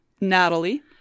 Natalie